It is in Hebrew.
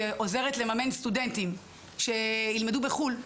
שעוזרת לממן סטודנטים שילמדו בחו"ל.